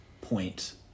point